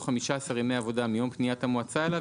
15 ימי עבודה מיום פניית המועצה אליו,